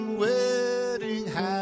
wedding